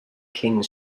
king